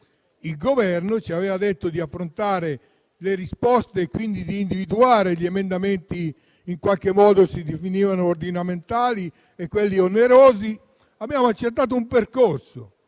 il Governo ci aveva detto di affrontare le risposte, quindi di individuare gli emendamenti che si definivano ordinamentali e quelli onerosi. Abbiamo accettato un percorso,